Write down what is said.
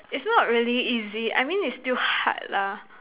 its not really easy I mean its still hard lah